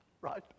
Right